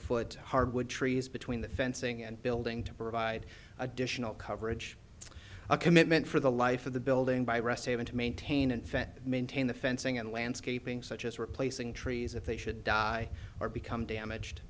foot hardwood trees between the fencing and building to provide additional coverage a commitment for the life of the building by rest haven to maintain and vent maintain the fencing and landscaping such as replacing trees if they should die or become damaged